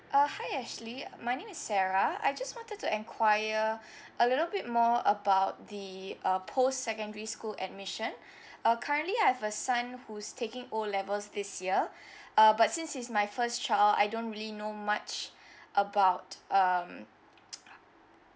uh hi ashley my name is sarah I just wanted to enquiry a little bit more about the uh postsecondary school admission uh currently I have a son who's taking O levels this year uh but since it's my first child I don't really know much about um